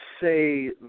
say